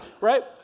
right